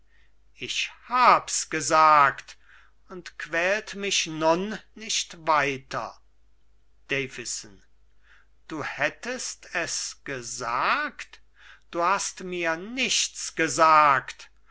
ich hab's gesagt und quält mich nun nicht weiter davison du hättest es gesagt du hast mir nichts gesagt